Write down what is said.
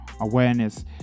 awareness